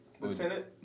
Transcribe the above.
Lieutenant